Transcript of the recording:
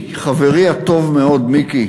חברי הטוב מאוד מיקי,